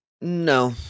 No